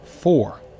four